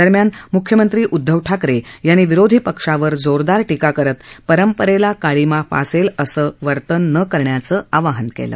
दरम्यान मुख्यमंत्री उदधव ठाकरे यांनी विरोधी पक्षावर जोरदार टीका करत परंपरेला कांळीमा फासेल असं वर्तन न करण्याचं आवाहनं केलं